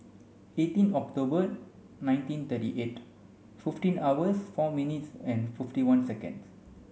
eighteen October nineteen thirty eight fifteen hours four minutes and fifty one seconds